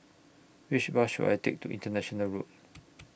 Which Bus should I Take to International Road